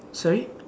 sorry